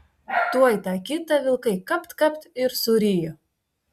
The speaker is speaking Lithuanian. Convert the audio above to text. tuoj tą kitą vilkai kapt kapt ir surijo